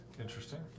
Interesting